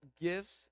gifts